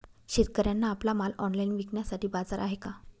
शेतकऱ्यांना आपला माल ऑनलाइन विकण्यासाठी बाजार आहे का?